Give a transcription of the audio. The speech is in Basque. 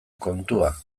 kontua